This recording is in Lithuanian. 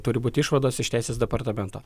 turi būti išvados iš teisės departamento